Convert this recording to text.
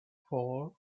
four